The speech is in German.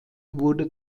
wurde